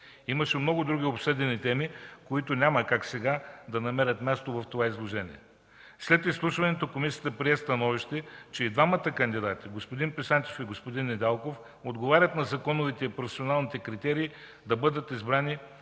Имаше и много други обсъдени теми, които няма как сега да намерят място в това изложение. След изслушването комисията прие становище, че и двамата кандидати – господин Писанчев и господин Недялков, отговарят на законовите и професионалните критерии да бъдат избрани